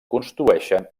construeixen